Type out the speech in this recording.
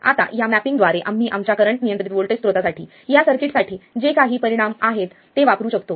आता या मॅपिंग द्वारे आम्ही आमच्या करंट नियंत्रित व्होल्टेज स्त्रोतासाठी या सर्किटसाठी जे काही परिणाम आहेत ते वापरू शकतो